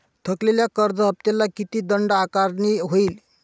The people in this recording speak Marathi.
थकलेल्या कर्ज हफ्त्याला किती दंड आकारणी होईल?